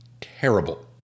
terrible